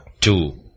Two